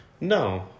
no